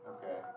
Okay